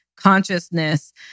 consciousness